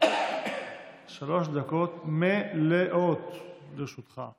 שלוש דקות מלאות לרשותך.